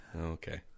Okay